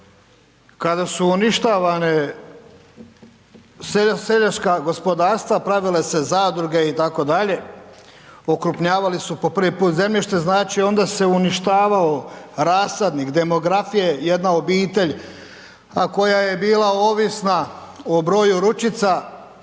kada su uništavana seljačka gospodarstva, pravile se zadruge itd., okrupnjavali su po prvi put zemljište, znači onda se uništavao rasadnik demografije jedna obitelj a koja je bila ovisna o broju ručica